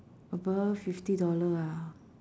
above fifty dollar ah